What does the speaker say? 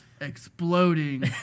exploding